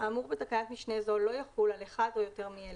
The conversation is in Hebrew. האמור בתקנת משנה זו לא יחול על אחד או יותר מאלה: